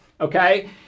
okay